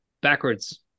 Backwards